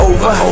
Over